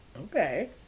Okay